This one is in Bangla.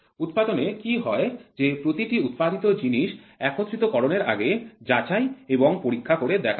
উৎপাদনে কি হয় যে প্রতিটি উৎপাদিত জিনিস একত্রিতকরণ এর আগে যাচাই এবং পরীক্ষা করে দেখা হয়